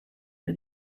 for